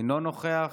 אינו נוכח.